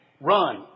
run